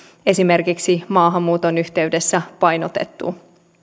esimerkiksi maahanmuuton yhteydessä painotettu